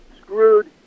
screwed